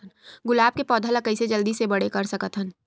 गुलाब के पौधा ल कइसे जल्दी से बड़े कर सकथन?